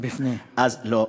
לפני.